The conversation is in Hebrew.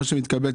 מה שהתקבל,